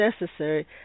necessary